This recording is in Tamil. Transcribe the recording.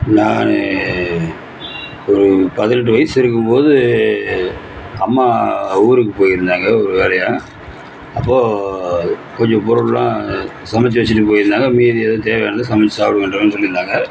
நானு ஒரு பதினெட்டு வயசு இருக்கும் போது அம்மா ஊருக்கு போயிருந்தாங்கள் ஒரு வேலையாக அப்போது கொஞ்சம் பொருள்கலாம் சமச்சு வச்சுட்டு போயிருந்தாங்கள் மீதி எதுவும் தேவையானதை சமச்சு சாப்பிடுங்கன்ற மாதிரி சொல்லிருந்தாங்கள்